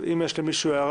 האם יש הערות?